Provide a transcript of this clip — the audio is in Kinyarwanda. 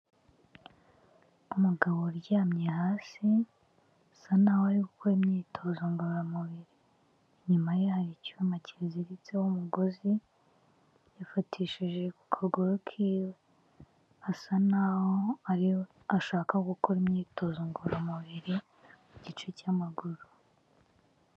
Umugabo uryamye hasi, bisa n'aho ari gukora imyitozo ngororamubiri. Inyuma ye hari icyuma kiziritseho umugozi, gifatishije ku kaguru kiwe. Hasa n'aho ari gushaka gukora imyitozo ngororamubiri mu gice cy'amaguru.